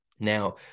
Now